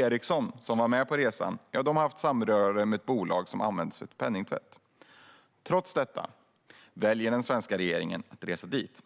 Ericsson, som var med på resan, har haft samröre med bolag som använts för penningtvätt. Trots detta väljer den svenska regeringen att resa dit.